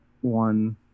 one